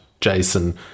Jason